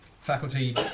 faculty